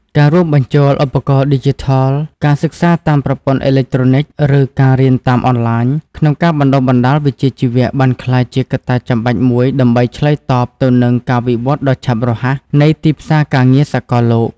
ការរួមបញ្ចូលឧបករណ៍ឌីជីថល ការសិក្សាតាមប្រព័ន្ធអេឡិចត្រូនិក ឬ ការរៀនតាមអនឡាញ ក្នុងការបណ្តុះបណ្តាលវិជ្ជាជីវៈ បានក្លាយជាកត្តាចាំបាច់មួយដើម្បីឆ្លើយតបទៅនឹងការវិវត្តដ៏ឆាប់រហ័សនៃទីផ្សារការងារសកលលោក។